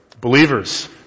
believers